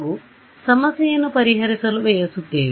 ಹಾಗು ಸಮಸ್ಯೆಯನ್ನು ಪರಿಹರಿಸಲು ಬಯಸುತ್ತೇವೆ